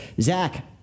Zach